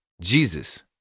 Jesus